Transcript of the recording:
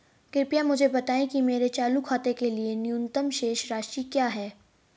कृपया मुझे बताएं कि मेरे चालू खाते के लिए न्यूनतम शेष राशि क्या है